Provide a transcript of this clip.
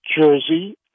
jersey